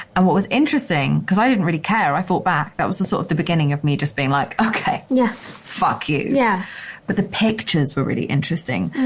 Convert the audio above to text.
and what was interesting, because i didn't really care. i fought back. that was the sort of the beginning of me just being like, okay, yeah fuck you yeah but the pictures were really interesting.